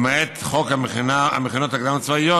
למעט חוק המכינות הקדם-צבאיות,